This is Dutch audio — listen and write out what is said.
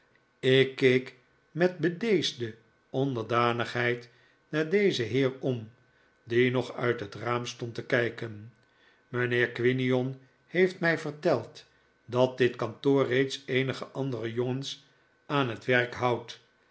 ik keek met bedeesde onderdanigheid naar dezen heer om die nog uit het raam stond te kijken mijnheer quinion heeft mij verteld dat dit kantoor reeds eenige andere jongens aan het werk houdt